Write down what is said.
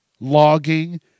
logging